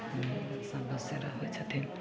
ईसब बसेरा होइ छथिन